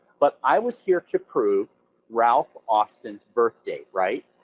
but i was here to prove ralph austin's birthdate, right?